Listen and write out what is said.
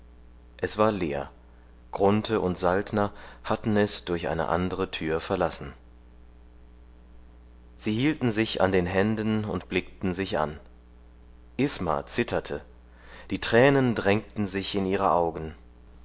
es war leer grunthe und saltner hatten es durch eine andere tür verlassen sie hielten sich an den händen und blickten sich an isma zitterte die tränen drängten sich in ihre augen